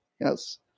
Yes